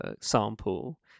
sample